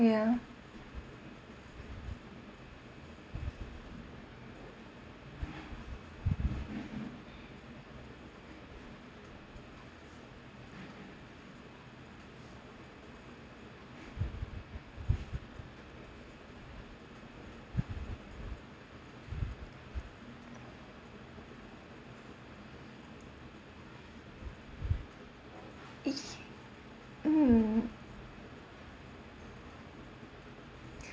ya err mm